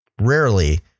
rarely